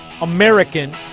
American